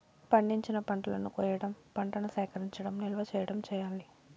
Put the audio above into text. పండించిన పంటలను కొయ్యడం, పంటను సేకరించడం, నిల్వ చేయడం చెయ్యాలి